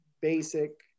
basic